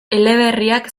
eleberriak